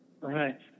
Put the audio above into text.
Right